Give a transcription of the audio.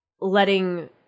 letting